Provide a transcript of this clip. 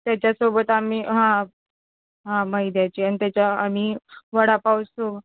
त्याच्यासोबत आम्ही हां हां मैद्याची अन् त्याच्या आम्ही वडापावसो